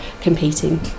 competing